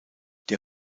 der